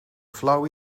flauw